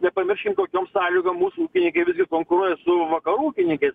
nepamirškim kokiom sąlygom mūsų ūkininkai visgi konkuruoja su vakarų ūkininkais